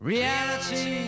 Reality